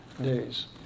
days